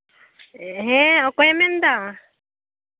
ᱦᱮᱸ ᱚᱠᱚᱭᱮᱢ ᱢᱮᱱ ᱮᱫᱟ